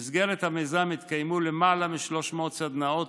במסגרת המיזם התקיימו למעלה מ-300 סדנאות